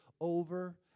over